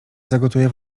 zagotuję